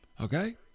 Okay